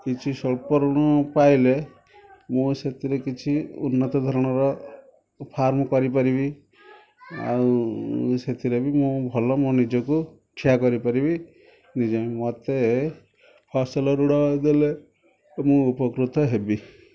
କିଛି ସ୍ୱଳ୍ପ ଋଣ ପାଇଲେ ମୁଁ ସେଥିରେ କିଛି ଉନ୍ନତ୍ତ ଧରଣର ଫାର୍ମ କରିପାରିବି ଆଉ ସେଥିରେ ବି ମୁଁ ଭଲ ମୋ ନିଜକୁ ଠିଆ କରିପାରିବି ନିଜ ମୋତେ ଫସଲ ଋଣ ଦେଲେ ମୁଁ ଉପକୃତ ହେବି